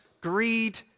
greed